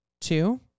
Two